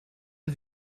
are